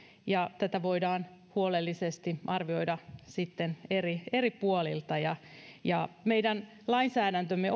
ja sitä voidaan huolellisesti arvioida sitten eri eri puolilta meidän lainsäädäntömme